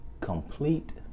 complete